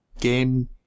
game